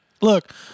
Look